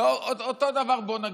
אותו דבר, בוא נגיד.